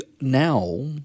now